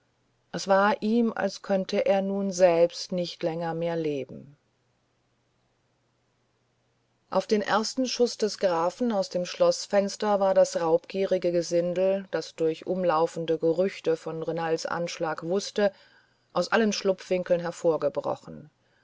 es war ihm als könnte er nun selbst nicht länger mehr leben auf den ersten schuß des grafen aus dem schloßfenster war das raubgierige gesindel das durch umlaufende gerüchte von renalds anschlag wußte aus allen schlupfwinkeln hervorgebrochen